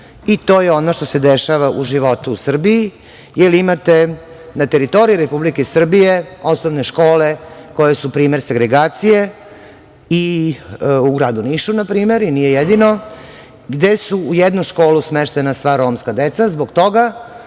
i to je ono što se dešava u životu u Srbiji, jer imate ne teritoriji Republike Srbije osnovne škole koje su primer segregacije, na primer u gradu Nišu i nije jedino, gde su u jednu školu smeštena sva romska deca, zbog toga